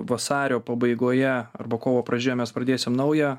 vasario pabaigoje arba kovo pradžioje mes pradėsim naują